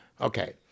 Okay